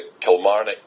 Kilmarnock